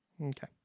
Okay